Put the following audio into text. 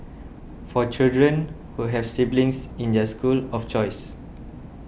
for children who have siblings in their school of choice